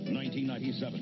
1997